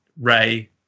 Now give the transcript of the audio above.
Ray